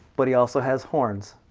but he also has horns.